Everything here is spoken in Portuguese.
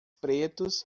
pretos